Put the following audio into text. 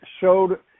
showed